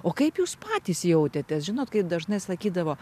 o kaip jūs patys jautėtės žinot kaip dažnai sakydavo